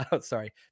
Sorry